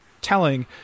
telling